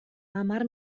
hamar